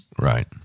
right